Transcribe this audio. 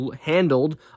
handled